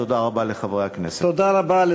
תודה רבה לחברי הכנסת.